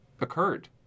occurred